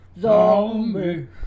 Zombie